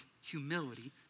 humility